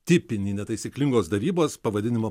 tipinį netaisyklingos darybos pavadinimo